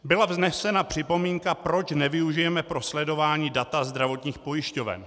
Byla vznesena připomínka, proč nevyužijeme pro sledování data zdravotních pojišťoven.